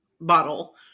bottle